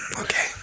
Okay